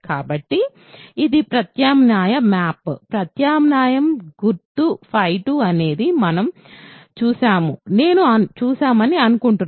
కాబట్టి ఇది ప్రత్యామ్నాయ మ్యాప్ ప్రత్యామ్నాయం గుర్తు 2 అనేది మనం చూశామని నేను అనుకుంటున్నాను